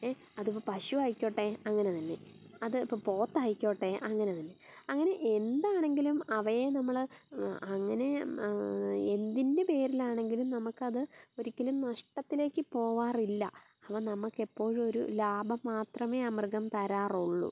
അതിപ്പോൾ പശുവായിക്കോട്ടെ അങ്ങനെ തന്നെ അത് ഇപ്പോൾ പോത്തായിക്കോട്ടെ അങ്ങനെ തന്നെ അങ്ങനെ എന്താണെങ്കിലും അവയെ നമ്മൾ അങ്ങനെ എന്തിൻ്റെ പേരിലാണെങ്കിലും നമുക്കത് ഒരിക്കലും നഷ്ടത്തിലേക്ക് പോവാറില്ല അത് നമുക്കെപ്പോഴും ഒരു ലാഭം മാത്രമേ ആ മൃഗം തരാറുള്ളൂ